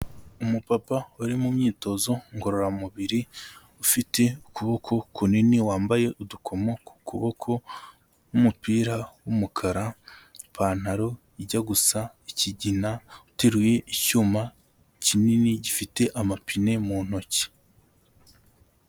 Umupapa wari mu myitozo ngororamubiri ufite ukuboko kunini, wambaye udukomo ku kuboko n'umupira w'umukara, ipantaro ijya gusa ikigina, uteruye icyuma kinini gifite amapine mu ntoki.